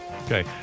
Okay